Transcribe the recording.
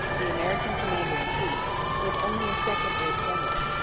the american commander-in-chief, was only a second-rate general.